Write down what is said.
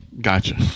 gotcha